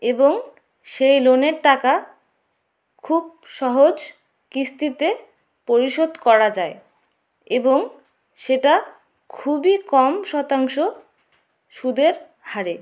এবং সেই লোনের টাকা খুব সহজ কিস্তিতে পরিশোধ করা যায় এবং সেটা খুবই কম শতাংশ সুদের হারে